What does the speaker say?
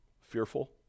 Fearful